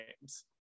games